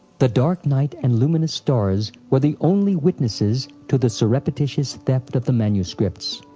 the dark night and luminous stars were the only witnesses to the surreptitious theft of the manuscripts,